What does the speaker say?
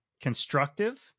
constructive